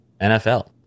NFL